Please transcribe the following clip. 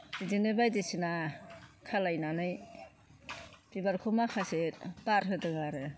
बिदिनो बायदिसिना खालामनानै बिबारखौ माखासे बारहोदों आरो